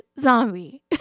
zombie